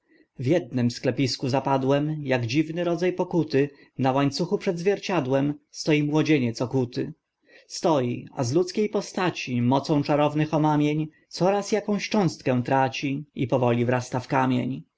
w ednem sklepisku zapadłem jak dziwny rodza pokuty na łańcuchu przed zwierciadłem stoi młodzieniec okuty stoi a z ludzkie postaci mocą czarownych omamień coraz akąś cząstkę traci i powoli wrasta w kamień